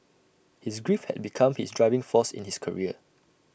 his grief had become his driving force in his career